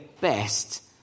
best